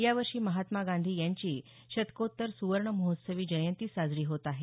यावर्षी महात्मा गांधी यांची शतकोत्तर सुवर्ण महोत्सवी जयंती साजरी होत आहे